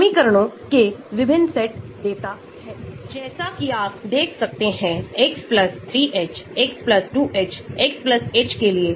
इन्हें सल्फर समूह कहा जाता है और वे R के आधार पर N और H बनाते हैं अथवा आपके पास यह होगा अथवा आपके पास Anion का रूप होगा